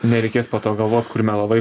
nereikės po to galvot kur melavai